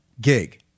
gig